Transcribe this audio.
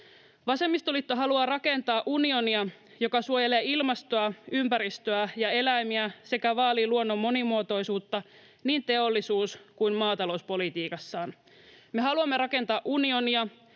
Vasemmistoliitto haluaa rakentaa unionia, joka suojelee ilmastoa, ympäristöä ja eläimiä sekä vaalii luonnon monimuotoisuutta, niin teollisuus- kuin maatalouspolitiikassaan. Me haluamme rakentaa unionia,